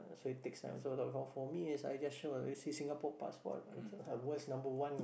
so it takes time so for for me is I just show a Si~ Singapore passport world's number one